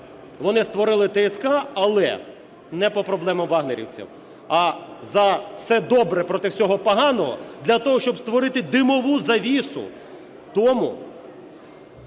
Вони створили ТСК, але не по проблемі "вагнерівців", а за все добре проти всього поганого, для того щоб створити димову завісу тому